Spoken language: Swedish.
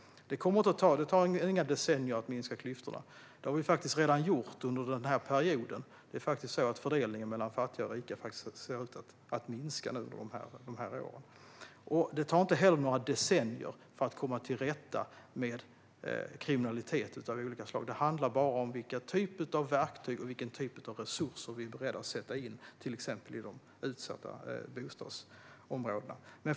Det kommer inte att ta många decennier att minska klyftorna. Vi har faktiskt redan gjort det under denna period. Skillnaden i fördelning mellan fattiga och rika ser ut att minska under de här åren. Det tar inte heller decennier att komma till rätta med kriminalitet av olika slag. Det handlar bara om vilken typ av verktyg och vilken typ av resurser vi är beredda att sätta in, till exempel i de utsatta bostadsområdena.